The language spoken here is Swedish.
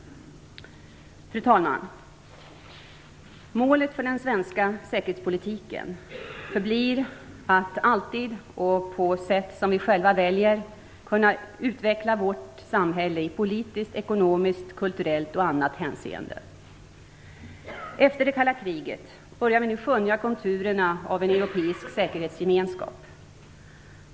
Fru talman! Målet för den svenska säkerhetspolitiken förblir att alltid och på sätt som vi själva väljer kunna utveckla vårt samhälle i politiskt, ekonomiskt, kulturellt och annat hänseeende. Efter det kalla kriget börjar vi nu skönja konturerna av en europeisk säkerhetsgemenskap.